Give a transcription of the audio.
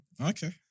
Okay